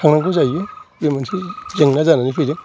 थांनांगौ जाहैयो बे मोनसे जेंना जानानै फैयो